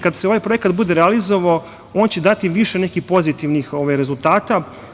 Kada se ovaj projekat bude realizovao on će dati više nekih pozitivnih rezultata.